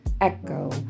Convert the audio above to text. Echo